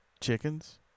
chickens